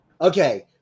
Okay